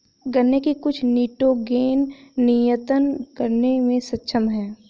गन्ने की कुछ निटोगेन नियतन करने में सक्षम है